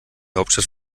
hauptstadt